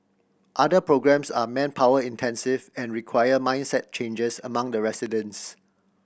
other programmes are manpower intensive and require mindset changes among the residents